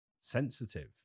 sensitive